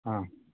आम्